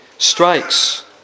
Strikes